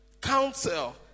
Counsel